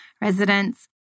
residents